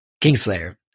Kingslayer